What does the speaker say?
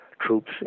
troops